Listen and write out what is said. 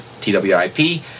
T-W-I-P